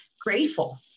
grateful